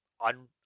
on